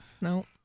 No